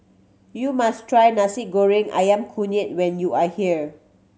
you must try Nasi Goreng Ayam Kunyit when you are here